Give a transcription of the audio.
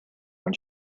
when